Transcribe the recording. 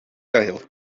gael